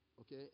okay